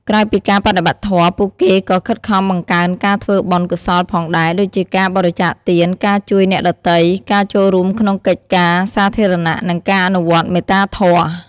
ក្រៅពីការបដិបត្តិធម៌ ពួកគេក៏ខិតខំបង្កើនការធ្វើបុណ្យកុសលផងដែរ ដូចជាការបរិច្ចាគទាន ការជួយអ្នកដទៃ ការចូលរួមក្នុងកិច្ចការសាធារណៈ និងការអនុវត្តមេត្តាធម៌។